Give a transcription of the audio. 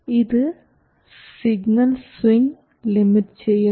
ഇത് signal swing limit ചെയ്യുന്നു